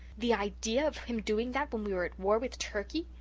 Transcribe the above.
the idea of him doing that when we are at war with turkey?